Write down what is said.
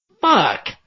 fuck